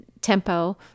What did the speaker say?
tempo